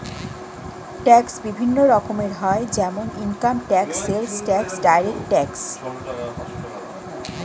tax বিভিন্ন রকমের হয় যেমন income tax, sales tax, direct tax